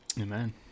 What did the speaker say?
Amen